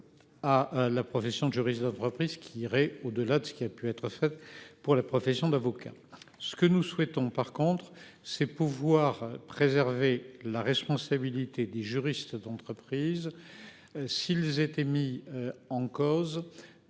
À la profession de juriste d'entreprise qui irait au-delà de ce qui a pu être faite pour la profession d'avocat, ce que nous souhaitons, par contre c'est pouvoir préserver la responsabilité des juristes d'entreprise. S'ils étaient mis en cause